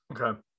okay